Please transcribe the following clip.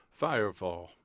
Firefall